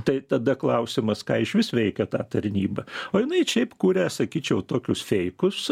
tai tada klausimas ką išvis veikia ta tarnyba o jinai šiaip kuria sakyčiau tokius feikus